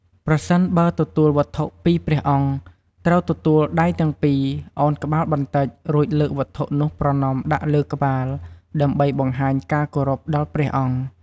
ប្រសិនបើទទួលវត្ថុពីព្រះអង្គ ត្រូវទទួលដោយដៃទាំងពីរ ឱនក្បាលបន្តិច រួចលើកវត្ថុនោះប្រណម្យដាក់លើក្បាល ដើម្បីបង្ហាញការគោរពដល់ព្រះអង្គ។